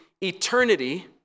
eternity